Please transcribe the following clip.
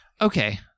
Okay